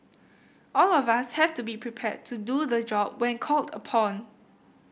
all of us have to be prepared to do the job when called upon